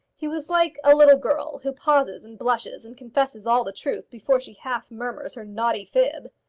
he was like a little girl who pauses and blushes and confesses all the truth before she half murmurs her naughty fib.